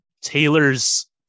Taylor's